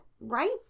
right